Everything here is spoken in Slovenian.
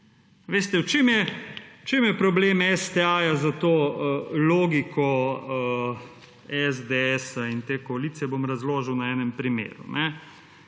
Veste, v čem je problem STA za to logiko SDS in te koalicije, bom razložil na enem primeru.